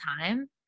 time